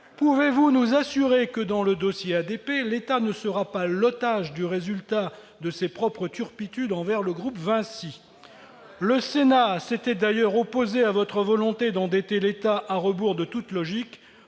peut-il nous assurer que, dans le dossier ADP, l'État ne sera pas l'otage du résultat de ses propres turpitudes envers le groupe Vinci ? Le Sénat s'était d'ailleurs opposé à sa volonté d'endetter l'État, à rebours de toute logique,